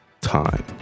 time